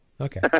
Okay